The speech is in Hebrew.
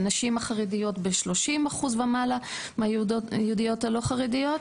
הנשים החרדיות ב-30% ומעלה מהיהודיות הלא חרדיות.